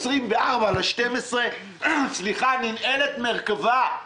ב-24 בדצמבר ננעלת מרכב"ה.